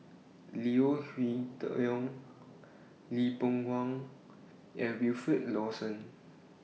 Leo Hee Tong Lee Boon Wang and Wilfed Lawson